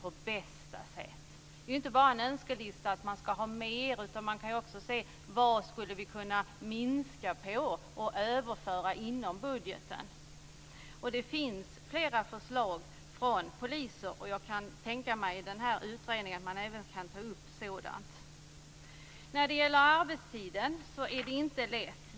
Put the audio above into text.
Det är ju inte bara fråga om en önskelista om att få mer, utan man kan också se var vi skulle kunna minska och göra en överföring inom budgeten. Det finns flera förslag från poliser. Jag kan tänka mig att man i utredningen även kan ta upp sådant. Arbetstiden är ingen lätt fråga.